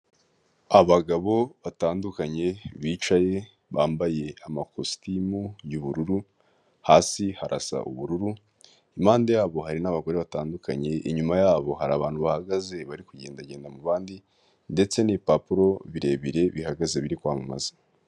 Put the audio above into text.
Abagabo batandukanye bicaye bambaye amakositimu y'ubururu, hasi harasa ubururu, impande yabo hari n'abagore batandukanye, inyuma yabo hari abantu bahagaze bari kugendagenda mubandi ndetse n'ibipapuro birebire bihagaze biri kwamamaza.